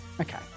Okay